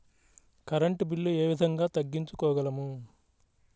Current bill ఏ విధంగా తగ్గించుకోగలము?